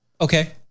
Okay